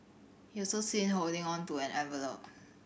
he was also seen holding on to an envelop